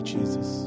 Jesus